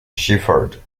shepherd